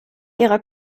ihrer